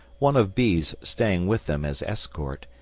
one of b's staying with them as escort,